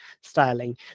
styling